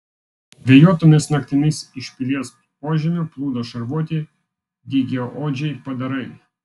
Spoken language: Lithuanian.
vėjuotomis naktimis iš pilies požemių plūdo šarvuoti dygiaodžiai padarai